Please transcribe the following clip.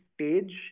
stage